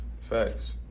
Facts